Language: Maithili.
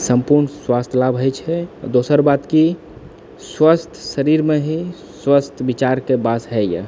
सम्पूर्ण स्वास्थ लाभ होइ छै दोसर बात की स्वस्थ शरीरमे ही स्वस्थ विचारके बास होइय